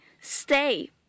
Stay